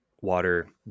water